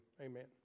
amen